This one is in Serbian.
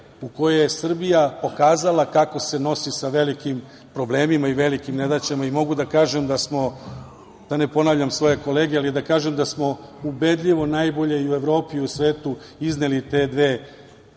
u kojoj je Srbija pokazala kako se nosi sa velikim problemima i velikim nedaćama i mogu da kažem da smo, da ne ponavljam svoje kolege, ali da kažem da smo ubedljivo najbolje i u Evropi i u svetu izneli te dve velike,